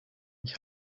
ich